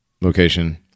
location